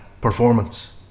performance